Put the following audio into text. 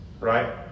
right